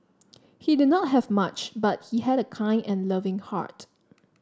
he did not have much but he had a kind and loving heart